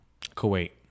Kuwait